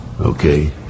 Okay